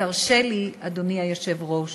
תרשה לי, אדוני היושב-ראש,